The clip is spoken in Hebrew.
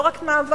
לא רק במאבק,